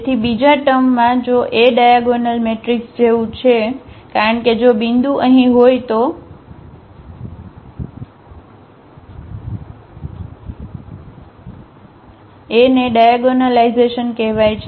તેથી બીજા ટમૅમાં જો A એ ડાયાગોનલ મેટ્રિક્સ જેવું જ છે કારણ કે જો બિંદુ અહીં હોય તો A ને ડાયાગોનલાઇઝેશન કહેવાય છે